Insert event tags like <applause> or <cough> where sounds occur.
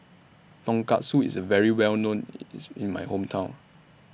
Tonkatsu IS very Well known <noise> IS in My Hometown